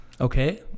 Okay